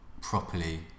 properly